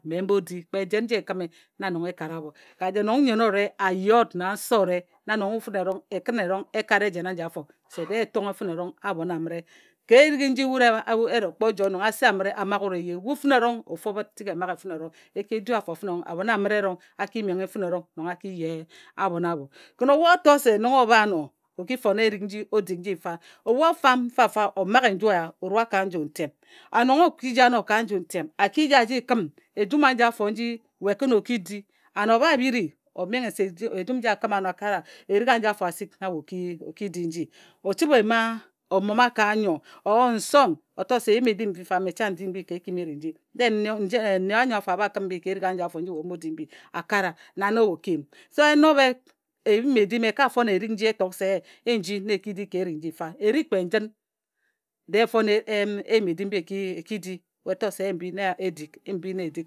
Mme m bo di kpe jen nji e kǝme na nong e kara abho ka jen nong nnyen owǝre a yee wut na nse owǝre na nong wut fǝne erong e kǝine ekat ejen aji afo se dee e tonghe fǝne erong abhon amǝre ka erik nji wut e e ro kpo joe nong ase amǝre a maghe wut eye wut fane erong ofu bǝt ki e maghe fǝne erong e ki e du afo fǝne erong abhon amǝre fǝne erong a ki menghe fǝne erong nong a ki yee abhon abho kǝn ebhu o to se nong o bha ano o ki fon erik nji o dik nji mfa ebhu ofam mfamfa omaghe nju eya oru a ka nju ntem An nong o ki ji ano ka nju ntem a ki ji aji kǝm ejum aji afo nji we kǝn o ki di an o bha bhiri o. Menghe se ejum nji a kǝm ano a kara erik aji afo asik na we o ki di nji o chǝbhe o ima o moma ka nnyo or nson o to se eyim edim mbi mfa mme chang n di mbi ka ekim erik nji then nje nne awa anyo afo a bha kǝn mbi ka erik aji afo nju we o bho di mbi a kara nan na we o ki yim so e nobhe eyim-edim e ka fon erik nji e tok se e nji na e ki di ka erik nji fa. Erik kpe njǝn dee e fon eyim edim mbi e ki di. O ka to se mbi na edik mbi na e dik.